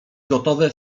gotowe